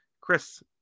Chris